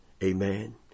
Amen